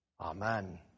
Amen